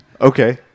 Okay